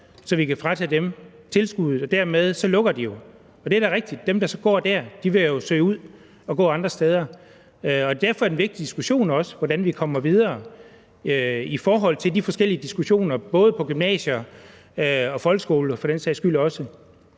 så vi kan fratage dem tilskuddet – og dermed lukker de jo. Og det er da rigtigt, at dem, der så går der, vil søge ud at gå andre steder, og derfor er det også en vigtig diskussion, hvordan vi kommer videre i forhold til de forskellige diskussioner, der er, både på gymnasiet og også i folkeskolen for den sags skyld.